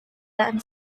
dan